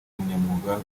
ubunyamwuga